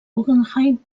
guggenheim